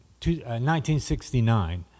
1969